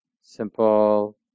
simple